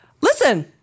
Listen